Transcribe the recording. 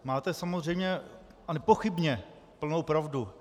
Máte samozřejmě a nepochybně plnou pravdu.